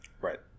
Right